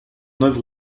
œuvre